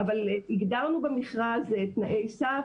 הגדרנו במכרז תנאי סף.